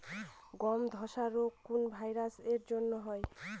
গমের ধসা রোগ কোন ভাইরাস এর জন্য হয়?